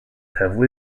heavily